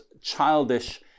childish